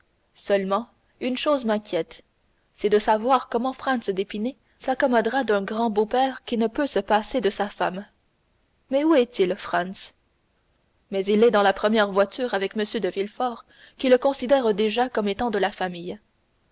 seulement une chose m'inquiète c'est de savoir comment franz d'épinay s'accommodera d'un grand beau père qui ne peut se passer de sa femme mais où est-il franz mais il est dans la première voiture avec m de villefort qui le considère déjà comme étant de la famille